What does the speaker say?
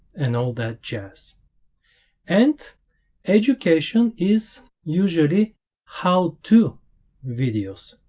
and all that jazz and education is usually how to videos